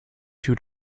two